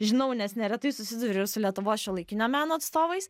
žinau nes neretai susiduriu su lietuvos šiuolaikinio meno atstovais